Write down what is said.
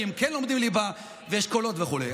כי הם כן לומדים ליבה ואשכולות וכו'.